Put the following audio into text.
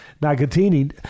Nagatini